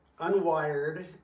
unwired